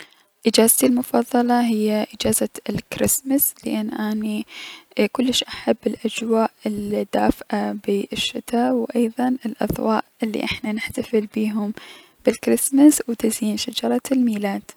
اجازتي المفضلة هي اجازة الكرسمس لأن اني كلش احب الأجواء الدافئة بالشتاء و ايضا الأضواء الي احنا نحتفل بيهم بالكرسمس و تزيين شجرة الميلاد.